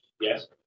Yes